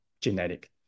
genetic